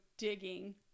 digging